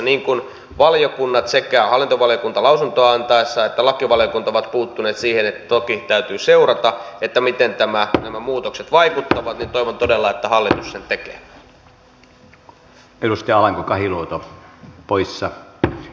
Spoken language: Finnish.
niin kuin valiokunnat sekä hallintovaliokunta lausuntoa antaessaan että lakivaliokunta ovat puuttuneet siihen että toki täytyy seurata miten nämä muutokset vaikuttavat toivon todella että hallitus sen tekee